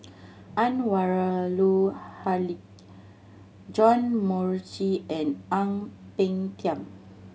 Haque John Morrice and Ang Peng Tiam